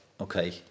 okay